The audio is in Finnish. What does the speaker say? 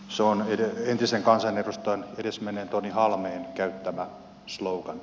se on entisen kansanedustajan edesmenneen tony halmeen käyttämä slogan